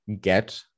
get